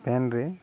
ପେନ୍ରେ